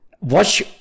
watch